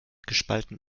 gespalten